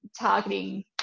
targeting